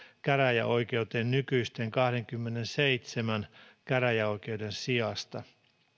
käräjäoikeuteen nykyisten kahdenkymmenenseitsemän käräjäoikeuden sijasta